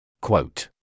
Quote